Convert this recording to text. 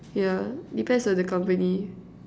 yeah depends on the company